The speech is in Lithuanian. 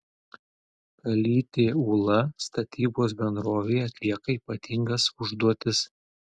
kalytė ūla statybos bendrovėje atlieka ypatingas užduotis